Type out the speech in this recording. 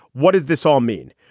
what does this all mean?